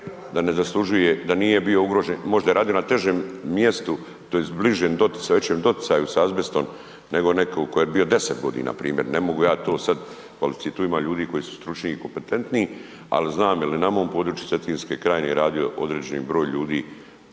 da ne zaslužuje, da nije bio ugrožen, možda je radio na težem mjestu tj. bliže doticaju, većem doticaju sa azbestom nego netko tko je bio 10 g., primjer, ne modu ja to sad .../Govornik se ne razumije./... tu ima ljudi koji su stručni i kompetentniji ali znam jer je nama u području Cetinske krajine radio određeni broj ljudi